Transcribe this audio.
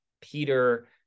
Peter